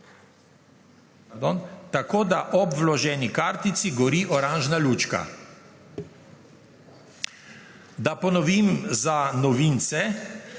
tako, da ob vloženi kartici gori oranžna lučka. Da ponovim za novince.